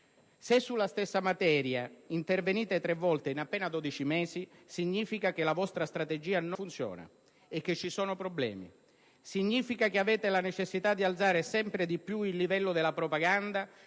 Se sulla stessa materia intervenite tre volte in appena dodici mesi significa che la vostra strategia non funziona e che ci sono problemi; significa che avete necessità di alzare sempre di più il livello della propaganda